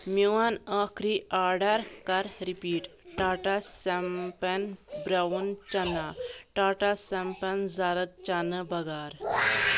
میون أخری آڈر کر رِپیٖٹ ٹاٹا سمپَن براوُن چنہ ٹاٹا سمپَن زرٕد چنہٕ بَغارٕ